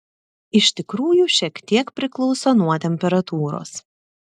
iš tikrųjų šiek tiek priklauso nuo temperatūros